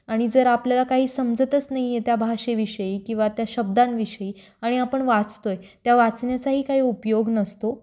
आणि जर आपल्याला काही समजतच नाही आहे त्या भाषेविषयी किंवा त्या शब्दांविषयी आणि आपण वाचतो आहे त्या वाचण्याचाही काही उपयोग नसतो